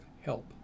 help